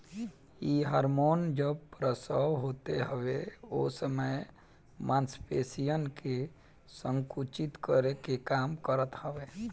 इ हार्मोन जब प्रसव होत हवे ओ समय मांसपेशियन के संकुचित करे के काम करत हवे